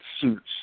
suits